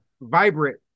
vibrant